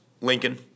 Lincoln